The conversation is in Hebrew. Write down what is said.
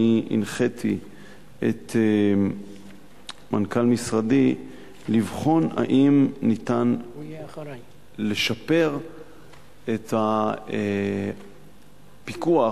הנחיתי את מנכ"ל משרדי לבחון אם ניתן לשפר את הפיקוח,